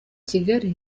kigali